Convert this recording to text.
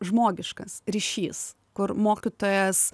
žmogiškas ryšys kur mokytojas